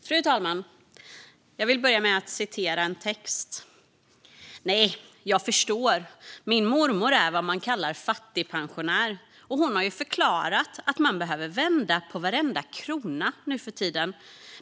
Fru talman! Jag vill börja med att citera en text. Nej, jag förstår. Min mormor är vad man kallar fattigpensionär, och hon har förklarat att man behöver vända på varenda krona nu för tiden.